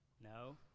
No